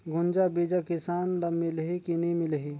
गुनजा बिजा किसान ल मिलही की नी मिलही?